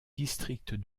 district